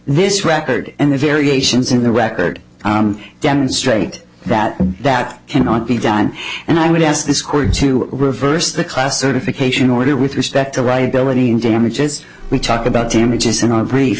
this record and the variations in the record demonstrate that that cannot be done and i would ask this court to reverse the class certification order with respect to write ability in damages we talk about damages in our brief